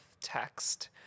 text